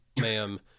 ma'am